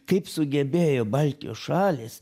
kaip sugebėjo baltijos šalys